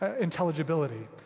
intelligibility